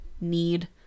need